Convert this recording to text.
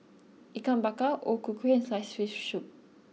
Ikan Bakar O Ku Kueh and Sliced Fish Soup